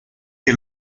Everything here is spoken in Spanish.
que